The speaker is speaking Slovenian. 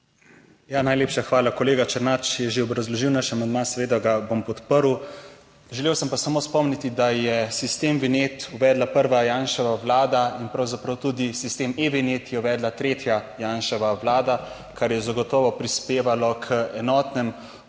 Najlepša hvala. Kolega Černač je že obrazložil naš amandma, seveda ga bom podprl. Želel sem pa samo spomniti, da je sistem vinjet uvedla prva Janševa Vlada in pravzaprav tudi sistem e-vinjet je uvedla tretja Janševa Vlada, kar je zagotovo prispevalo k enotnem sistemu.